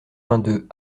vingt